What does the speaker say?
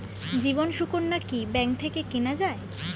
জীবন সুকন্যা কি ব্যাংক থেকে কেনা যায়?